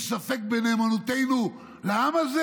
יש ספק בנאמנותנו לעם הזה?